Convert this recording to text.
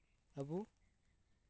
ᱟᱵᱚ